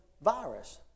virus